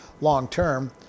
long-term